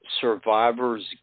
survivor's